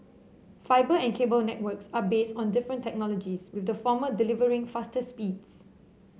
fibre and cable networks are based on different technologies with the former delivering faster speeds